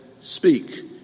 Speak